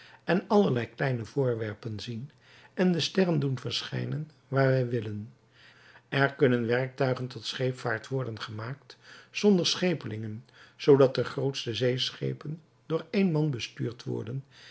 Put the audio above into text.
en allerlei kleine voorwerpen zien en de sterren doen verschijnen waar wij willen er kunnen werktuigen tot scheepvaart worden gemaakt zonder schepelingen zoodat de grootste zeeschepen door één man bestuurd worden